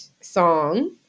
song